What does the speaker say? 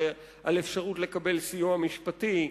על האפשרות לקבל סיוע משפטי,